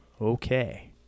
Okay